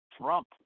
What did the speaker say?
Trump